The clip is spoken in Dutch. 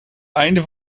einde